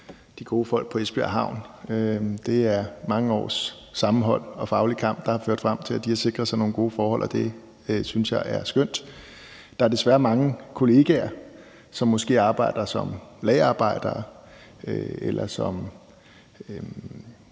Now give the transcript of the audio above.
de gode folk på Esbjerg Havn. Det er mange års sammenhold og faglig kamp, der har ført frem til, at de har sikret sig nogle gode forhold, og det synes jeg er skønt. Der er desværre mange kollegaer, som måske arbejder som lagerarbejdere eller som